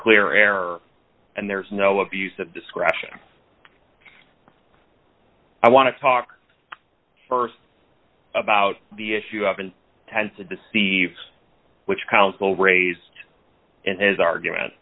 clear error and there's no abuse of discretion i want to talk first about the issue of and tends to deceive which counsel raised in his argument